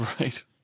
Right